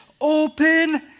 Open